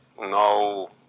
No